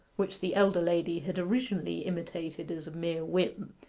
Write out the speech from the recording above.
which the elder lady had originally imitated as a mere whim,